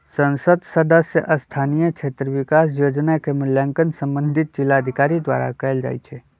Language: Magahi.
संसद सदस्य स्थानीय क्षेत्र विकास जोजना के मूल्यांकन संबंधित जिलाधिकारी द्वारा कएल जाइ छइ